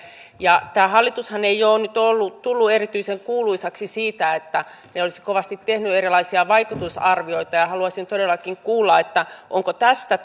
tämä hallitushan ei ole nyt tullut erityisen kuuluisaksi siitä että se olisi kovasti tehnyt erilaisia vaikutusarvioita haluaisin todellakin kuulla onko tästä